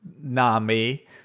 nami